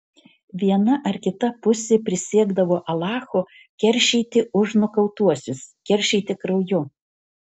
viena ar kita pusė prisiekdavo alachu keršyti už nukautuosius keršyti krauju